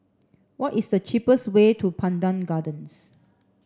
what is the cheapest way to Pandan Gardens